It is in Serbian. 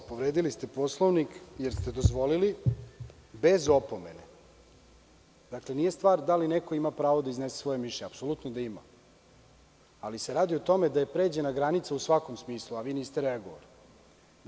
Povredili ste Poslovnik jer ste dozvolili bez opomene, nije stvar da li neko ima pravo da iznese svoje mišljenje, apsolutno da ima, ali se radi o tome da je pređena granica u svakom smislu, a vi niste reagovali.